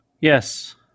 Yes